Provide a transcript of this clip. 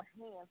hands